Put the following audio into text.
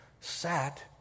sat